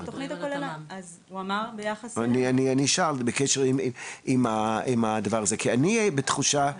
אני שאלתי בקשר לדבר הזה, כי אני בתחושה.